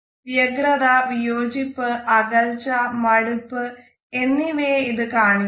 വ്യഗ്രത വിയോജിപ്പ് അകൽച്ച മടുപ്പ് എന്നിവയെ ഇത് കാണിക്കുന്നു